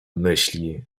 myśli